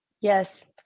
Yes